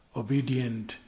obedient